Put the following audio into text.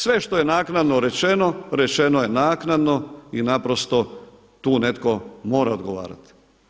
Sve što je naknadno rečeno, rečeno je naknadno i naprosto tu netko mora odgovarati.